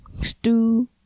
stew